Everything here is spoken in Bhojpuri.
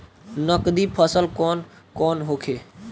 नकदी फसल कौन कौनहोखे?